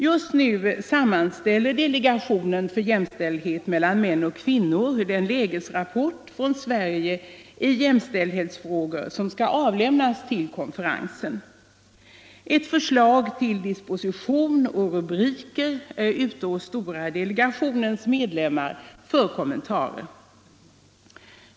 Just nu sammanställer delegationen för jämställdhet mellan män och kvinnor den lägesrapport från Sverige i jämställdhetsfrågor som skall avlämnas till konferensen. Ett förslag till disposition och rubriker är ute hos stora delegationens medlemmar för kommentarer.